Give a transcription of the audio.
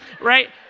right